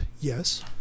yes